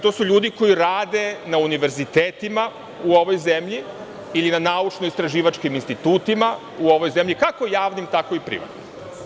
To su ljudi koji rade na univerzitetima u ovoj zemlji ili na naučno-istraživačkim institutima u ovoj zemlji, kako javnim, tako i privatnim.